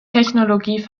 technologie